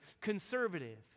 conservative